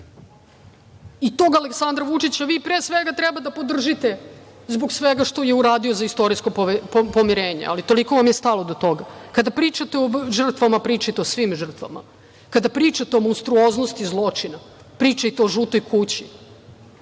Tog Aleksandra Vučića vi, pre svega, treba da podržite zbog svega što je uradio za istorijsko pomirenje, ali toliko vam je stalo do toga. Kada pričate o žrtvama, pričajte o svim žrtvama. Kada pričate o monstruoznosti zločina, pričajte o „žutoj kući“.